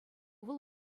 вӑл